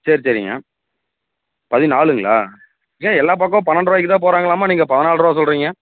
சரி சரிங்க பதினாலுங்களா ஏன் எல்லா பக்கமும் பன்னெரெண்டு ரூபாயிக்குதான் போகிறாங்களாமா நீங்கள் பதினாலு ரூபா சொல்கிறீங்க